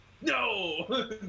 No